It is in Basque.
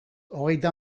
hogeita